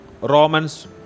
Romans